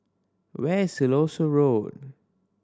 where is Siloso Road